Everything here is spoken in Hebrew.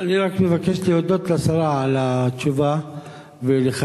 אני רק מבקש להודות לשרה על התשובה ולחזק